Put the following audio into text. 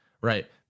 Right